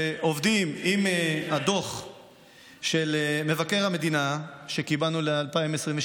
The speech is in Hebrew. ועובדים עם הדוח של מבקר המדינה שקיבלנו ל-2022,